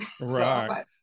Right